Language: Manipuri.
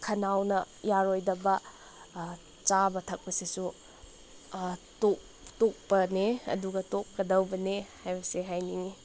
ꯈꯅꯥꯎꯅ ꯌꯥꯔꯣꯏꯗꯕ ꯆꯥꯕ ꯊꯛꯄꯁꯤꯁꯨ ꯇꯣꯛꯄꯅꯦ ꯑꯗꯨꯒ ꯇꯣꯛꯀꯗꯧꯕꯅꯦ ꯍꯥꯏꯕꯁꯦ ꯍꯥꯏꯅꯤꯡꯉꯤ